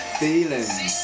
feelings